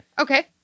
Okay